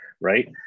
right